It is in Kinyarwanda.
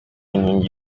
inkingi